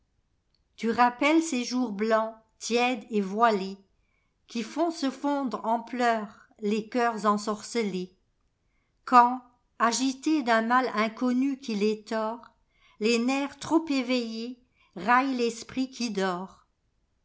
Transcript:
tu rappelles ces jours blancs tièdes et voilés qui font se fondre en pleurs les cœurs ensorcelés quand agités d'un mal inconnu qui les tord les nerfs trop éveillés raillent l'esprit qui dort